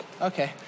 okay